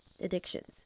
addictions